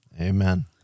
Amen